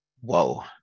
Whoa